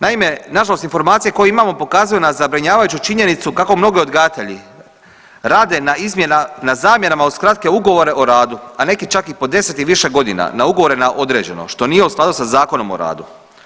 Naime, nažalost informacije koje imamo pokazuju nam zabrinjavajuću činjenicu kako mnogi odgajatelji rade na zamjenama uz kratke ugovore o radu, a neki čak i po 10 i više godine na ugovore na određeno što nije u skladu sa Zakonom o radu.